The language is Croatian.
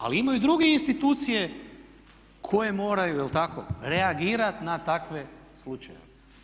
Ali imaju i druge institucije koje moraju, je li tako, reagirati na takve slučajeve.